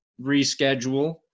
reschedule